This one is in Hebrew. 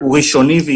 היא ראשונית,